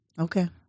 Okay